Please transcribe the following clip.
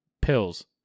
pills